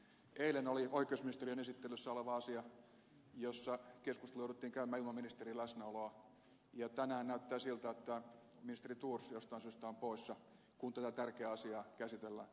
eilen oli oikeusministeriön esittelyssä oleva asia jossa keskustelua jouduttiin käymään ilman ministerin läsnäoloa ja tänään näyttää siltä että ministeri thors jostain syystä on poissa kun tätä tärkeää asiaa käsitellään